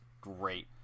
great